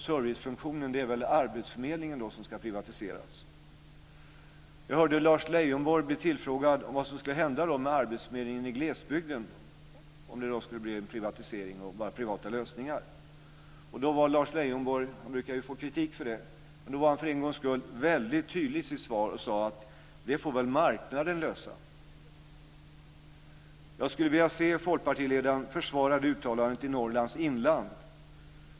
Servicefunktionen är väl arbetsförmedlingen, och den ska privatiseras. Jag hörde Lars Leijonborg bli tillfrågad om vad som skulle hända med arbetsförmedlingen i glesbygden om det bara skulle bli privata lösningar. Då var Lars Leijonborg för en gångs skull väldigt tydlig i sitt svar och sade: Det får väl marknaden lösa. Jag skulle vilja se folkpartiledaren försvara det uttalandet i Norrlands inland.